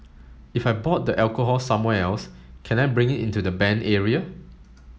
if I bought the alcohol somewhere else can I bring it into the banned area